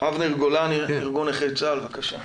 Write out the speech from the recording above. אבנר גולן, ארגון נכי צה"ל, בבקשה.